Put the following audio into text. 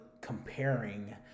comparing